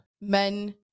men